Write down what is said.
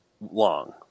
long